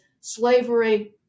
slavery